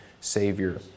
Savior